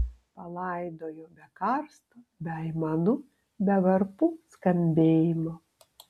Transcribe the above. palaidojo be karsto be aimanų be varpų skambėjimo